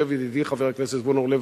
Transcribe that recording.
יושב ידידי חבר הכנסת זבולון אורלב,